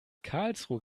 karlsruhe